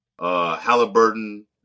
Halliburton